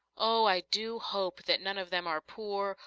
oh, i do hope that none of them are poor,